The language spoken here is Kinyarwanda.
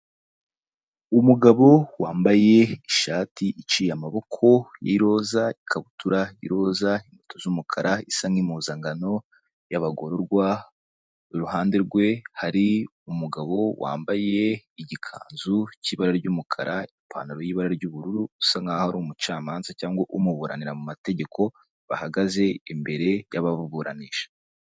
Umugabo wambaye ishati iciye amaboko y'iroza, ikabutura y'iroza, inkweto z'umukara isa nk'impuzangano y'abagororwa, iruhande rwe hari umugabo wambaye igikanzu cy'ibara ry'umukara, ipantaro y'ibara ry'ubururu usa nkaho ari umucamanza cyangwa umuburanira mu mategeko bahagaze imbere y'ababuburanisha.